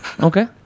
Okay